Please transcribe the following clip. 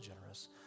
generous